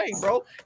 bro